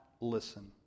listen